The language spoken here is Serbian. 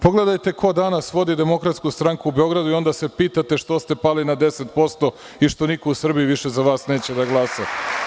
Pogledajte ko danas vodi DS u Beogradu i onda se pitate što ste pali na 10% i što niko više u Srbiji za vas neće da glasa.